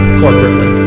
corporately